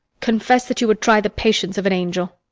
confess that you would try the patience of an angel.